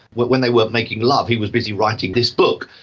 when they weren't making love he was busy writing this book.